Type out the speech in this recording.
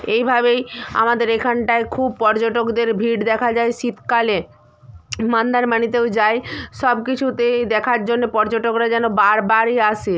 এইভাবেই আমাদের এখানটায় খুব পর্যটকদের ভিড় দেখা যায় শীতকালে মান্দারমাণিতেও যায় সব কিছুতেই দেখার জন্য পর্যটকরা যেন বারবারই আসে